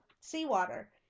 seawater